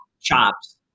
chops